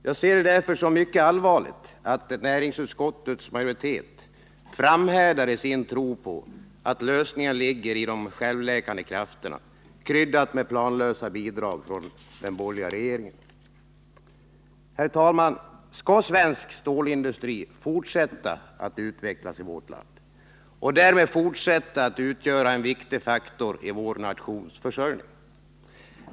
Jag ser det därför som mycket allvarligt att näringsutskottets majoritet framhärdar i sin tro på att lösningen ligger i de självläkande krafterna — sedan man kryddat med planlösa bidrag från den borgerliga regeringen. Herr talman! Skall svensk stålindustri fortsätta att utvecklas i vårt land och därmed fortsätta att utgöra en viktig faktor i vår nations försörjning?